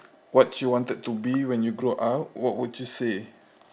what you wanted to be when you grow up what would you say